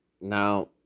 Now